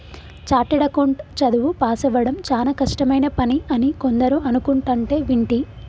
chartered account చదువు పాసవ్వడం చానా కష్టమైన పని అని కొందరు అనుకుంటంటే వింటి